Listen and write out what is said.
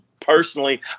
personally